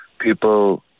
people